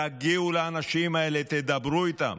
תגיעו לאנשים האלה, תדברו איתם,